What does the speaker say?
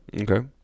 Okay